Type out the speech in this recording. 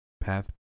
path